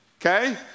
okay